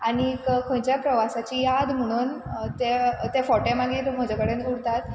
आनीक खंयच्या प्रवासाची याद म्हणून ते ते फोटे मागीर म्हजे कडेन उरतात